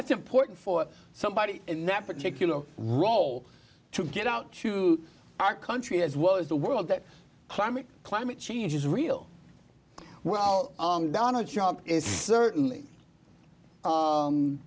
that's important for somebody in that particular role to get out to our country as well as the world that climate climate change is real well donna job is certainly